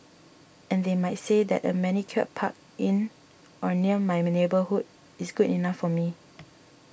and they might say that a manicured park in or near my neighbourhood is good enough for me